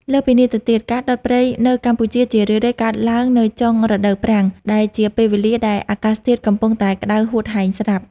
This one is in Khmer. លើសពីនេះទៅទៀត ការដុតព្រៃនៅកម្ពុជាជារឿយៗកើតឡើងនៅចុងរដូវប្រាំង ដែលជាពេលវេលាដែលអាកាសធាតុកំពុងតែក្ដៅហួតហែងស្រាប់។